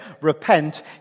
repent